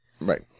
Right